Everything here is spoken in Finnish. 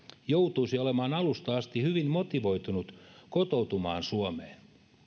joutuisi olemaan alusta asti hyvin motivoitunut kotoutumaan suomeen